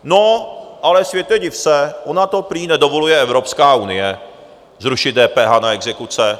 No ale světě, div se, ona to prý nedovoluje Evropská unie, zrušit DPH na exekuce.